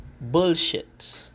Bullshit